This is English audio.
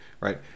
right